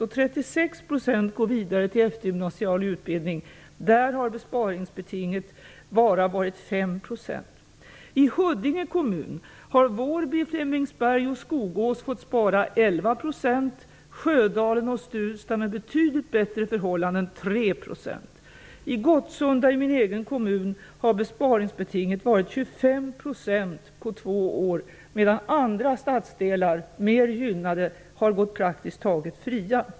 I Askim och går vidare till eftergymnasial utbildning, har besparingsbetinget bara varit 5 %. Skogås fått spara 11 %. Sjödalen och Stuvsta, med betydligt bättre förhållanden, har fått spara 3 %. I Gottsunda i min egen kommun har besparingsbetinget varit 25 % på två år, medan andra, mer gynnade stadsdelar har gått praktiskt taget fria.